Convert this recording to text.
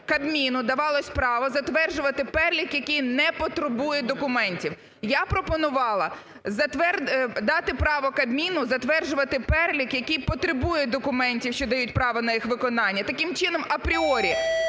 Кабміну давалося право затверджувати перелік, який не потребує документів. Я пропонувала затвердити... дати право Кабміну затверджувати перелік, який потребує документів, що дають право на їх виконання. Таким чином апріорі